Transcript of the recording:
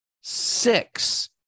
Six